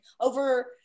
over